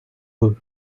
cool